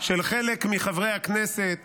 של חלק מחברי הכנסת